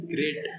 Great